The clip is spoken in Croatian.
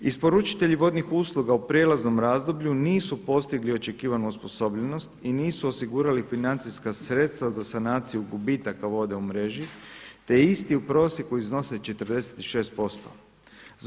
Isporučitelji vodnih usluga u prijelaznom razdoblju nisu postigli očekivanu osposobljenost i nisu osigurali financijska sredstva za sanaciju gubitaka vode u mreži, te isti u prosjeku iznose 46 posto.